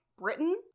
Britain